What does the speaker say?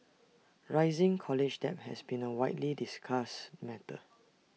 rising college debt has been A widely discussed matter